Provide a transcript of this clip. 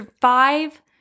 five